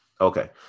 okay